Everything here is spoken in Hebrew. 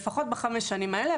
לפחות בחמש שנים האלה,